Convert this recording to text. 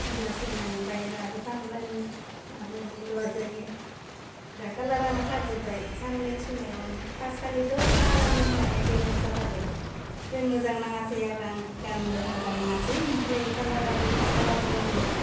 अब्लासो माने बायग्रा आरो फानग्रानि माबाया मुइल'वा जायो दा कालारानो खारजोब्बाय साननै सुनायावनो फास खालिथ' कालारानो माने डेमेस जाखादो ओमफ्राय मोजां नाङासै आरो आङो गान्नोबो मोजां नाङासै ओमफ्राय कालाराबो दिस कालार जालांबाय